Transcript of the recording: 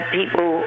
people